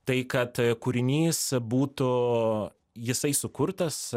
tai kad kūrinys būtų jisai sukurtas